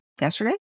yesterday